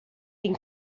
been